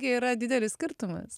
gi yra didelis skirtumas